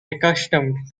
accustomed